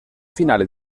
finale